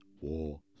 War